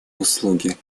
услуги